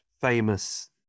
famous